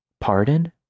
Pardon